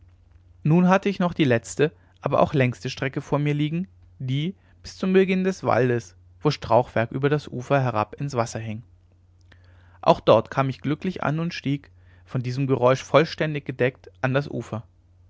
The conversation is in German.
nun hatte ich noch die letzte aber auch längste strecke vor mir liegen die bis zum beginn des waldes wo strauchwerk über das ufer herab ins wasser hing auch dort kam ich glücklich an und stieg von diesem gesträuch vollständig gedeckt an das ufer